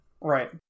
Right